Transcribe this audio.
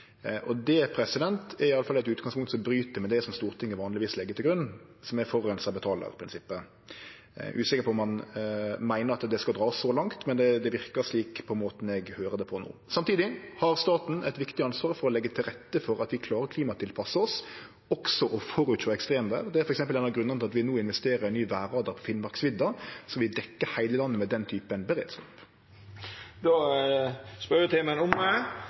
det vert forureining frå ei bedrift. Det er i alle fall eit utgangspunkt som bryt med det som Stortinget vanlegvis legg til grunn, som er forureinar betalar-prinsippet. Eg er usikker på om han meiner at det skal verte dratt så langt, men det verkar slik på måten eg høyrer det på no. Samtidig har staten eit viktig ansvar for å leggje til rette for at vi klarar å klimatilpasse oss, og også å føresjå ekstremvêr. Det er f.eks. ein av grunnane til at vi no investerer i ny vêrradar på Finnmarksvidda, som vil dekkje heile landet med den typen beredskap. Den ordinære spørjetimen er omme.